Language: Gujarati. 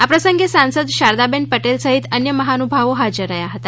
આ પ્રસંગે સાંસદ શારદાબેન પટેલ સહિત અન્ય મહાનુભાવો હાજર રહ્યા હતા